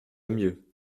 mieux